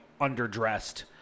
underdressed